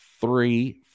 three